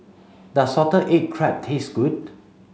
does salted egg crab taste good